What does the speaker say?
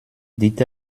dit